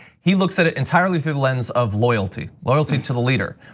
he looks at it entirely through the lens of loyalty, loyalty to the leader.